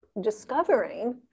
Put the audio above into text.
discovering